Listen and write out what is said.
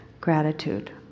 gratitude